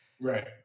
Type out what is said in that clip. Right